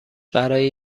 برای